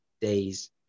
days